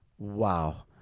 Wow